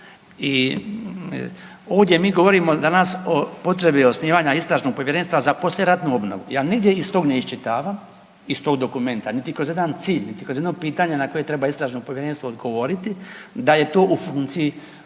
i ovdje mi govorimo danas o potrebi osnivanja istražnog povjerenstva za poslijeratnu obnovu. Ja nigdje iz tog ne iščitavam iz tog dokumenta, niti kroz jedan cilj, niti kroz jedno pitanje na koje treba istražno povjerenstvo odgovoriti da je to u funkciji